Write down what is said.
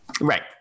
Right